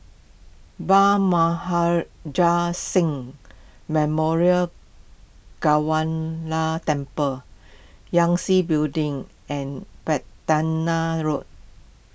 Maharaj Singh Memorial Temple Yangtze Building and Road